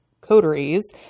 coteries